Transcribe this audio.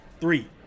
three